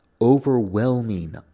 overwhelming